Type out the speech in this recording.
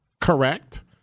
correct